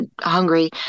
hungry